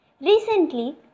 Recently